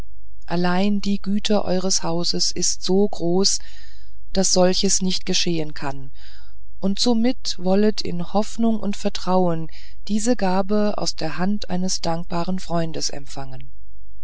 allein die güte eures hauses ist so groß daß solches nicht geschehen kann und somit wollet in hoffnung und vertrauen diese gabe aus der hand eines dankbaren freundes empfangen